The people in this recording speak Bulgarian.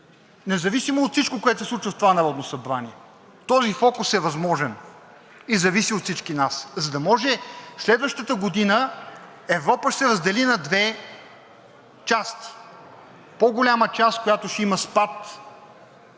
независимо от всичко, което се случва в това Народно събрание, този фокус е възможен и зависи от всички нас. Следващата година Европа ще се раздели на две части – по голяма част, която ще има спад